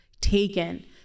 taken